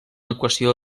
equació